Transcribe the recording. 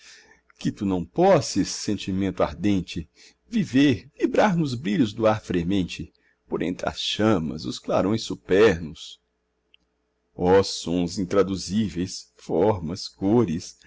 que tu não posses sentimento ardente viver vibrar nos brilhos do ar fremente por entre as chamas os clarões supernos ó sons intraduzíveis formas cores